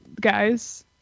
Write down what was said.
guys